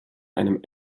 einem